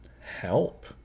help